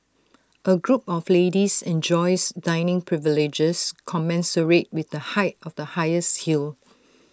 A group of ladies enjoys dining privileges commensurate with the height of the highest heel